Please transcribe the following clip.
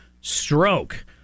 stroke